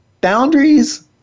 boundaries